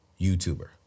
YouTuber